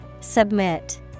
Submit